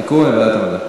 תיקון, לוועדת המדע.